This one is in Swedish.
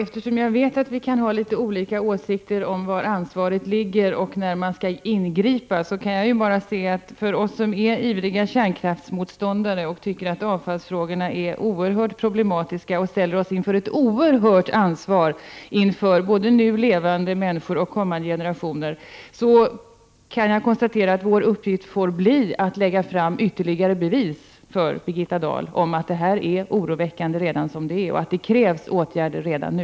Fru talman! Jag vet att vi har litet olika åsikter om var ansvaret ligger och när man skall ingripa. För oss som är ivriga kärnkraftsmotståndare och tycker att avfallsfrågorna är oerhört problematiska och ställer oss inför ett oerhört ansvar för både nu levande människor och kommande generationer kan jag konstatera, att vår uppgift får bli att lägga fram ytterligare bevis för Birgitta Dahl om att situationen är oroväckande redan nu. Det krävs åtgärder redan nu.